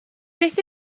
beth